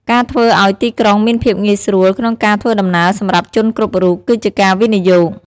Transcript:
ការធ្វើឱ្យទីក្រុងមានភាពងាយស្រួលក្នុងការធ្វើដំណើរសម្រាប់ជនគ្រប់រូប គឺជាការវិនិយោគ។